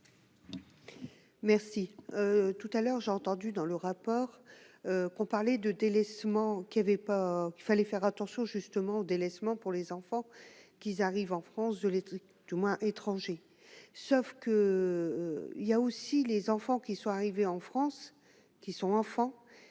Merci tout à l'heure, j'ai entendu dans le rapport qu'on parlait de délaissement qui avait pas qu'il fallait faire attention justement au délaissement pour les enfants qu'ils arrivent en France, de l'équipe moins étrangers sauf que, il y a aussi les enfants qui sont arrivés en France qui sont enfants,